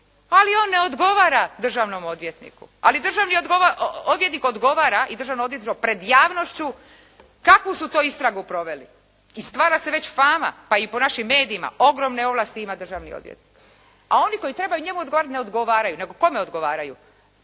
ali on ne odgovara državnom odvjetniku, ali državni odvjetnik odgovara i Državno odvjetništvo pred javnošću kakvu su to istragu proveli i stvara se već fama pa i po našim medijima, ogromne ovlasti ima državni odvjetnik, a oni koji trebaju njemu odgovarati ne odgovaraju, nego kome odgovaraju?